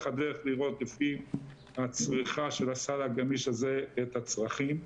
הדרך לראות לפי הצריכה של הסל הגמיש הזה את הצרכים.